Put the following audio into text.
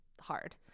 hard